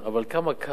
אבל כמה קל,